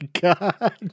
God